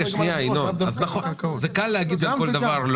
ינון, קל להגיד לא על כל דבר.